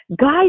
guys